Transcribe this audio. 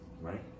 Right